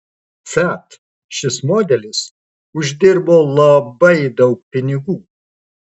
fiat šis modelis uždirbo labai daug pinigų